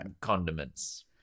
condiments